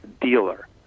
dealer